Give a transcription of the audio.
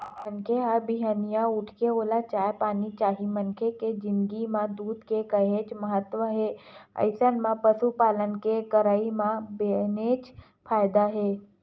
मनखे ह बिहनिया उठथे ओला चाय पानी चाही मनखे के जिनगी म दूद के काहेच महत्ता हे अइसन म पसुपालन के करई म बनेच फायदा हे